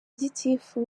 gitifu